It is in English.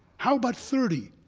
how about thirty?